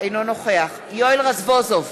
אינו נוכח יואל רזבוזוב,